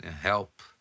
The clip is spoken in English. help